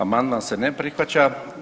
Amandman se ne prihvaća.